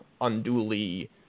unduly